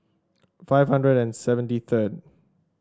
five hundred and seventy third